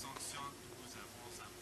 אומרים סמלים נאציים על הפלסטינים.